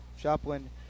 Joplin